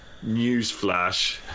Newsflash